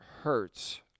hurts